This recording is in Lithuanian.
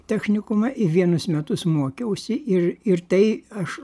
technikumą vienus metus mokiausi ir ir tai aš